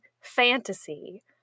fantasy